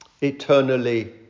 eternally